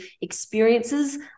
experiences